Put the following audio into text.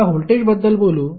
आता व्होल्टेज बद्दल बोलू